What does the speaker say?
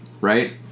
right